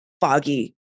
foggy